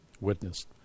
witness